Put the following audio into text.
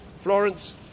Florence